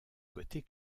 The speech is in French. côté